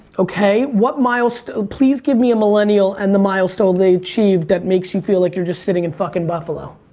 okay, what milestone? please give me a millennial and the milestone they achieved that makes you feel like you're just sitting in fucking buffalo?